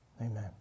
Amen